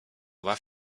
baw